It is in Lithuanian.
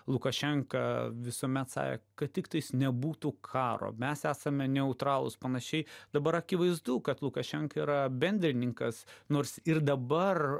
lukašenka visuomet sakė kad tiktais nebūtų karo mes esame neutralūs panašiai dabar akivaizdu kad lukašenka yra bendrininkas nors ir dabar